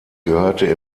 gehörte